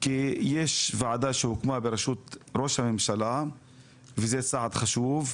כי יש ועדה שהוקמה בראשות ראש הממשלה וזה צעד חשוב,